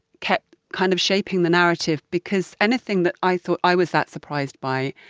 kept kind of shaping the narrative because anything that i thought i was that surprised by,